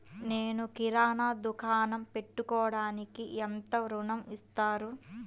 నేను కిరాణా దుకాణం పెట్టుకోడానికి ఎంత ఋణం ఇస్తారు?